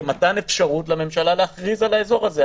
כמתן אפשרות לממשלה להכריז על האזור הזה.